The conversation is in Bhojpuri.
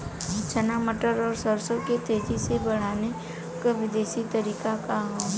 चना मटर और सरसों के तेजी से बढ़ने क देशी तरीका का ह?